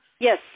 Yes